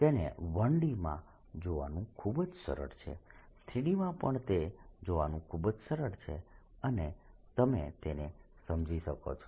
તેને 1 D માં જોવાનું ખૂબ જ સરળ છે 3 D માં પણ તે જોવાનું ખૂબ જ સરળ છે અને તમે તેને સમજી શકો છો